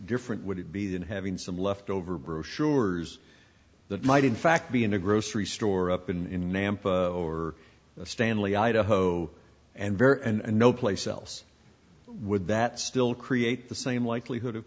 different would it be than having some left over brochures that might in fact be in a grocery store up in nampa or stanley idaho and and no place else would that still create the same likelihood of